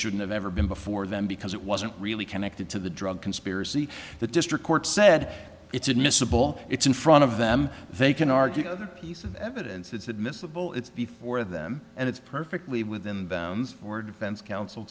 shouldn't have ever been before them because it wasn't really connected to the drug conspiracy the district court said it's admissible it's in front of them they can argue no other piece of evidence it's admissible it's before them and it's perfectly within them for defense counsel